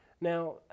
Now